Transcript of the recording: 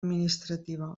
administrativa